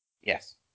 Yes